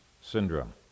Syndrome